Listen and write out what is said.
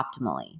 optimally